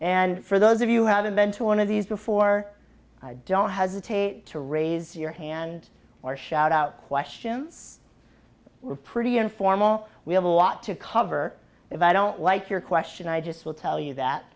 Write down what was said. and for those of you have a mental one of these before i don't hesitate to raise your hand or shout out questions we're pretty informal we have a lot to cover if i don't like your question i just will tell you that